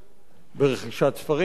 ברכישת ספרים חדשים,